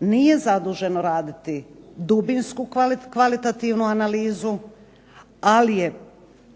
nije zaduženo raditi dubinsku kvalitativnu analizu. Ali je